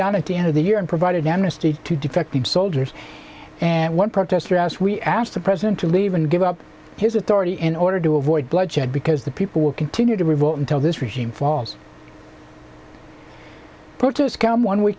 down at the end of the year and provided amnesty to defecting soldiers and one protester as we ask the president to leave and give up his authority in order to avoid bloodshed because the people will continue to revolt until this regime falls approaches come one we